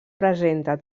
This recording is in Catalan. presenta